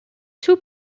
two